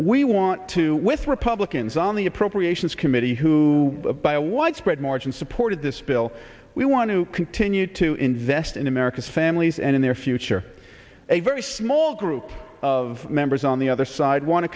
we want to with republicans on the appropriations committee who by a widespread margin supported this bill we want to continue to invest in america's families and in their future a very small group of members on the other side want to